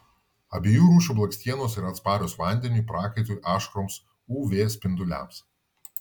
abiejų rūšių blakstienos yra atsparios vandeniui prakaitui ašaroms uv spinduliams